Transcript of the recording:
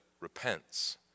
repents